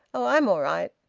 oh! i'm all right.